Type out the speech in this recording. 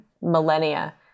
millennia